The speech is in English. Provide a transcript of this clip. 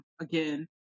again